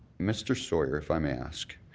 mr. sawyer, if i may ask,